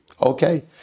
okay